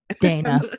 Dana